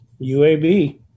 UAB